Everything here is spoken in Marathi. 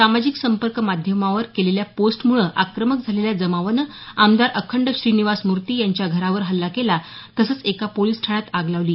सामाजिक संपर्क माध्यमावर केलेल्या पोस्टमुळे आक्रमक झालेला जमाव आमदार अखंड श्रीनिवास मूर्ती यांच्या घरावर हल्ला केला तसंच एका पोलिस ठाण्यात आग लावली